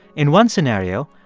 in one scenario,